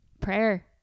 prayer